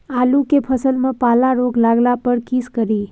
आलू के फसल मे पाला रोग लागला पर कीशकरि?